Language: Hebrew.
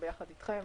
ביחד אתכם,